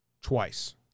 Twice